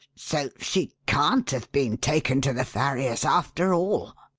so she can't have been taken to the farrier's after all.